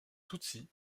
tutsi